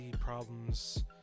Problems